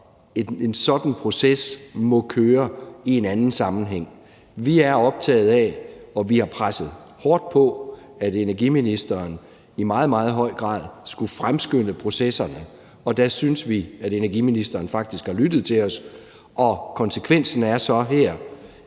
en sådan proces må køre i en anden sammenhæng. Vi er optaget af – og vi har presset hårdt på for – at energiministeren i meget, meget høj grad skulle fremskynde processerne. Og der synes vi, at energiministeren faktisk har lyttet til os. Og konsekvensen er så her